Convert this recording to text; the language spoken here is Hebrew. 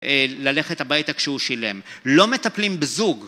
ללכת הביתה כשהוא שילם. לא מטפלים בזוג.